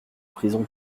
prison